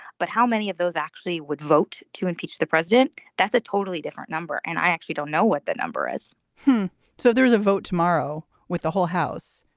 but how many of those actually would vote to impeach the president. that's a totally different number. and i actually don't know what the number is so there is a vote tomorrow with the whole house.